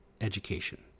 education